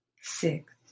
six